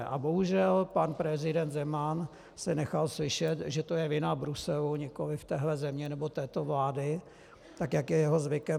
A bohužel pan prezident Zeman se nechal slyšet, že to je vina Bruselu, nikoliv téhle země nebo této vlády, jak je jeho zvykem.